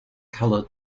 color